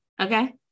Okay